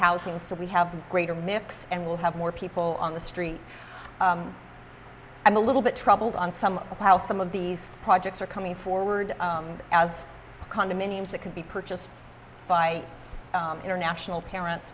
housing so we have the greater mix and we'll have more people on the street i'm a little bit troubled on some of how some of these projects are coming forward as condominiums that could be purchased by international parents